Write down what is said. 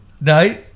No